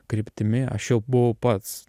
kryptimi aš jau buvo pats